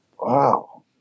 Wow